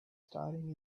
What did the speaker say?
staring